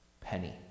penny